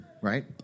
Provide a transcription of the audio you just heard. right